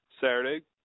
Saturday